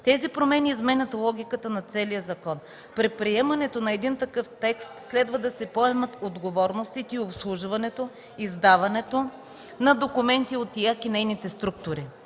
Тези промени изменят логиката на целия закон. При приемането на такъв текст следва да се поемат отговорностите и обслужването – издаването на документи от Изпълнителната